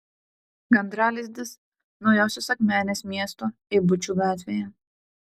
gandralizdis naujosios akmenės miesto eibučių gatvėje